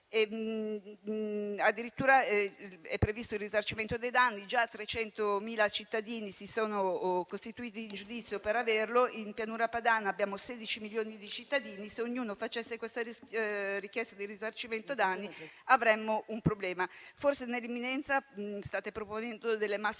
addirittura il risarcimento dei danni: già 300.000 cittadini si sono costituiti in giudizio per averlo; in Pianura Padana, abbiamo 16 milioni di cittadini: se ognuno facesse questa richiesta di risarcimento danni avremmo un problema. Forse nell'imminenza state proponendo maschere